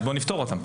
בוא נפתור אותן.